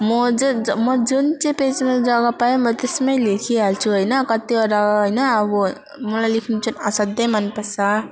म ज ज म जुन चाहिँ पेजमा जग्गा पाएँ म त्यसमै लेखिहाल्छु होइन कतिवटा होइन अब मलाई लेख्नु चाहिँ असाध्यै मनपर्छ